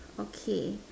okay